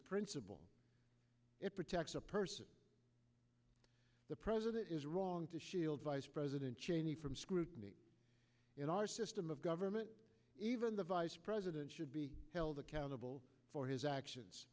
principle it protects a person the president is wrong to shield vice president cheney from scrutiny in our system of government even the vice president should be held accountable for his actions